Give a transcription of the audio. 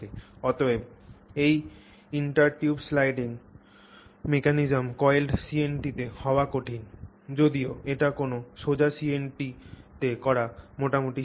অতএব এই intertube sliding mechanism কোনও coiled CNT তে হওয়া কঠিন যদিও এটি কোনও সোজা CNT তে করা মোটামুটি সোজা